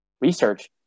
research